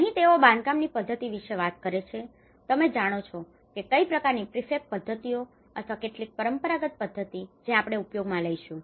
અને અહીં તેઓ બાંધકામની પદ્ધતિ વિશે વાત કરે છે તમે જાણો છો કે કઈ પ્રકારની પ્રિફેબ પદ્ધતિઓ અથવા કેટલીક પરંપરાગત પદ્ધતિ જે આપણે ઉપયોગમાં લઈશું